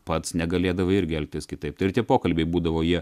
pats negalėdavai irgi elgtis kitaip tai ir tie pokalbiai būdavo jie